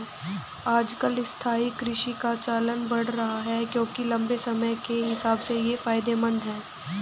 आजकल स्थायी कृषि का चलन बढ़ रहा है क्योंकि लम्बे समय के हिसाब से ये फायदेमंद है